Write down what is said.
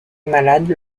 malades